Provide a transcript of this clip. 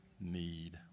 need